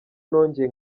nongeye